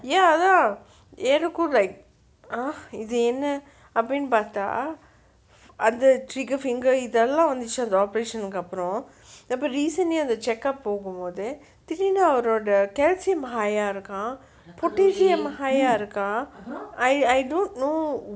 ya அதா எனக்கும்:athaa enakkum like ah இது என்ன அப்டின்னு பாத்தா அது:ithu enna apdinu paatha athu trigger finger இது எல்லாம் வந்துச்சு அந்த:ithu ellam vanthuchu antha operation கு அப்ரோ இப்போ :ku apro ippo recently அந்த:antha check up போகும் போது திடிர்னு அவரோட:pogum pothu thideernu avaroda calcium high ah இருக்காம்:irukkam potassium high ah இருக்காம்:irukkam I I don't know